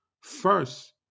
First